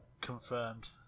confirmed